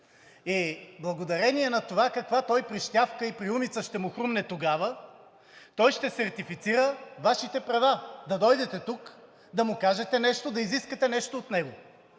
и благодарение на това каква прищявка и приумица ще му хрумне тогава, той ще сертифицира Вашите права – да дойдете тук, да му кажете нещо, да изискате нещо от него.